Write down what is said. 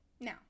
Now